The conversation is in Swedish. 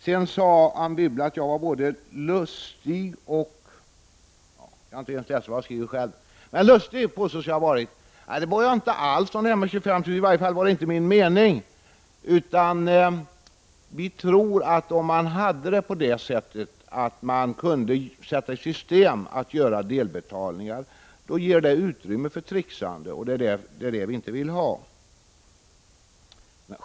Anne Wibble sade dessutom att jag var lustig. Det var jag inte alls. I varje fall var det inte min mening. Vi tror att om man hade det på det sättet att man kunde sätta i system att göra delbetalningar skulle det ge utrymme för trixande, och det vill vi inte ha.